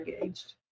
engaged